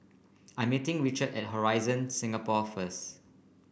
I'm meeting Richard at Horizon Singapore first